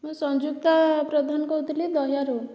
ମୁଁ ସଂଯୁକ୍ତା ପ୍ରଧାନ କହୁଥିଲି ଦହ୍ୟାରୁ